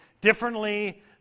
differently